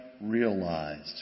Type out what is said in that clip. realized